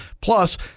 Plus